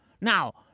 Now